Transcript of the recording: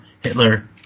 Hitler